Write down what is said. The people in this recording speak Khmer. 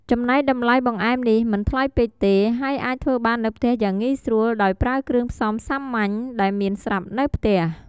ចំណែកតម្លៃបង្អែមនេះ មិនថ្លៃពេកទេ ហើយអាចធ្វើបាននៅផ្ទះយ៉ាងងាយស្រួល ដោយប្រើគ្រឿងផ្សំសាមញ្ញដែលមានស្រាប់នៅផ្ទះ។